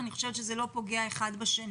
אני לא חושבת שזה פוגע אחד בשני.